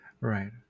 Right